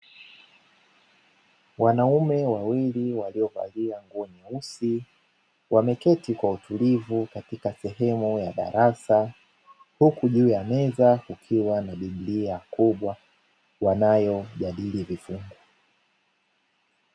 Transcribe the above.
Wanaume wawili waliovalia nguo nyeusi wameketi kwa utulivu katika sehemu ya darasa, huku juu ya meza kukiwa na biblia kubwa wanayojadili vifungu.